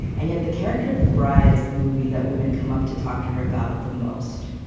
and yet the character of the bride is the movie that women come up to talk to her about the most.